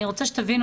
אני רוצה שתבינו,